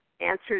answer